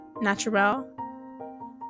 Natural